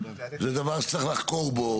זה דבר שצריך לחקור בו,